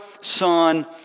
Son